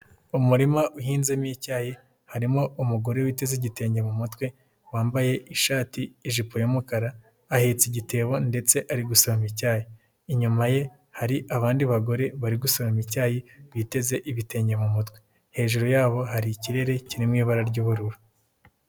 Umurima uhinzemo icyayi, harimo umugore witeze igitenge mu mutwe, wambaye ishati, ijipo y'umukara, ahetse igitebo, ndetse ari gusoroma icyayi. Inyuma ye hari abandi bagore bari gusoroma icyayi biteze ibitenge mu mutwe. Hejuru yabo hari ikirere kiri mu ibara ry'ubururu.